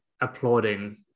applauding